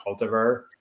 cultivar